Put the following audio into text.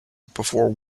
before